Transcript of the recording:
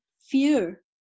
fear